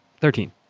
Thirteen